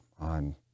on